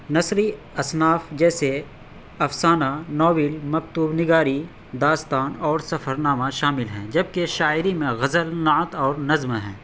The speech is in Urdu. نثری اصناف جیسے افسانہ ناول مکتوب نگاری داستان اور سفر نامہ شامل ہیں جبکہ شاعری میں غزل نعت اور نظم ہیں